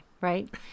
Right